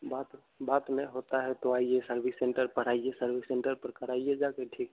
बात बात में होता है तो आइए सर्विस सेंटर पर आइए सर्विस सेंटर पर कराइएगा फिर ठीक